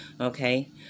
Okay